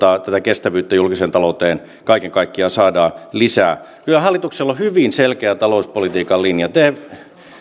tätä kestävyyttä julkiseen talouteen kaiken kaikkiaan saadaan lisää kyllä hallituksella on hyvin selkeä talouspolitiikan linja te